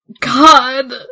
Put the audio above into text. God